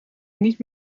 niet